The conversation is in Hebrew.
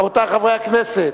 רבותי חברי הכנסת,